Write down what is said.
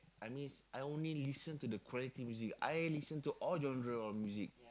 I mean I only listen to the quality music I listen to all genre of music